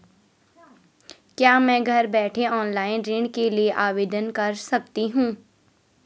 क्या मैं घर बैठे ऑनलाइन ऋण के लिए आवेदन कर सकती हूँ?